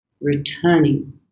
returning